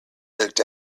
looked